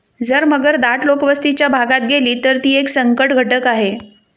जर मगर दाट लोकवस्तीच्या भागात गेली, तर ती एक संकटघटक आहे